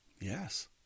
Yes